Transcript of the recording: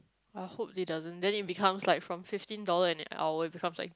I hope that doesn't then it becomes like from fifteen dollars an hour becomes like